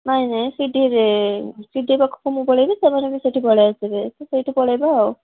ନାହିଁ ନାହିଁ ସିଡ଼ିଏରେ ସି ଡ଼ି ଏ ପାଖକୁ ମୁଁ ପଳାଇବି ସେମାନେ ବି ସେଠି ପଳାଇ ଆସିବେ ତ ସେଇଠି ପଳାଇବା ଆଉ